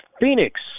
Phoenix